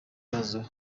bibazo